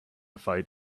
fight